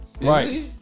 Right